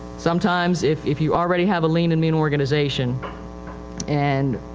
sometimes if if you already have a lean and mean organization and